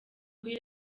kuri